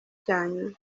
cyanyu